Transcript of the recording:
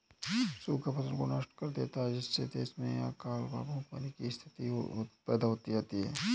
सूखा फसल को नष्ट कर देता है जिससे देश में अकाल व भूखमरी की स्थिति पैदा हो जाती है